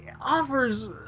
offers